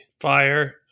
fire